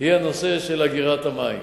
היא הנושא של אגירת המים.